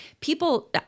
People